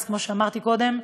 אז כמו שאמרתי קודם,